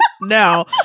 no